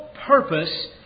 purpose